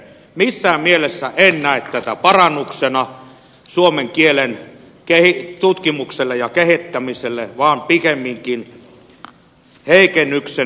missään mielessä en näe tätä parannuksena suomen kielen tutkimukselle ja kehittämiselle vaan pikemminkin heikennyksenä